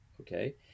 Okay